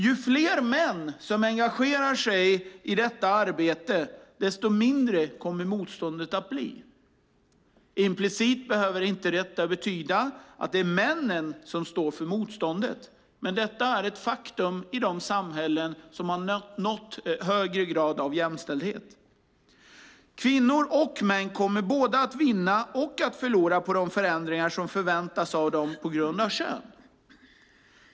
Ju fler män som engagerar sig i detta arbete, desto mindre kommer motståndet att bli. Implicit behöver detta inte betyda att det är männen som står för motståndet, men detta är ett faktum i de samhällen som har nått högre grad av jämställdhet. Kvinnor och män kommer både att vinna och att förlora på de förändringar som förväntas av dem på grund av kön.